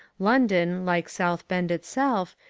london, like south bend itself,